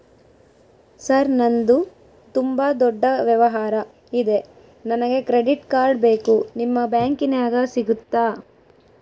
Sir ನಂದು ತುಂಬಾ ದೊಡ್ಡ ವ್ಯವಹಾರ ಇದೆ ನನಗೆ ಕ್ರೆಡಿಟ್ ಕಾರ್ಡ್ ಬೇಕು ನಿಮ್ಮ ಬ್ಯಾಂಕಿನ್ಯಾಗ ಸಿಗುತ್ತಾ?